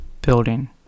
Building